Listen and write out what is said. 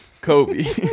Kobe